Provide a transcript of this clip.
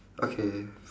okay